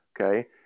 okay